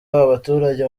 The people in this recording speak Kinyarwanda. abaturage